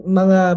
mga